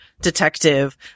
detective